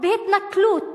בהתנכלות